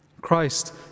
Christ